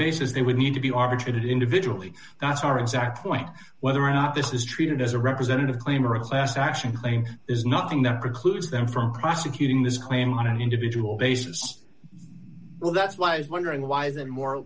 bases they would need to be arbitrated individually that's our exact point whether or not this is treated as a representative claim or a class action claim there's nothing that precludes them from prosecuting this claim on an individual basis well that's why wondering why that more